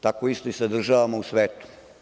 Tako je isto i sa državama u svetu.